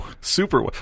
Super